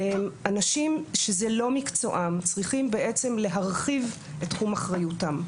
אנשים שזה לא מקצועם מצליחים בעצם להרחיב את תחום אחריותם.